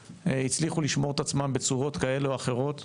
הצליחו לשמור את עצמן בצורות כאלה או אחרות,